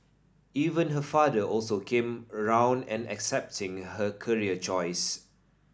even her father also came round and accepting her career choice